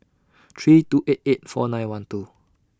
three two eight eight four nine one two